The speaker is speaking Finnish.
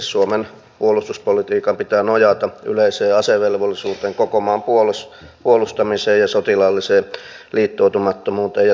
suomen puolustuspolitiikan pitää nojata yleiseen asevelvollisuuteen koko maan puolustamiseen ja sotilaalliseen liittoutumattomuuteen